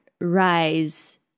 rise